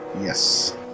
Yes